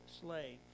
slave